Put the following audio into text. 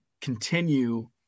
continue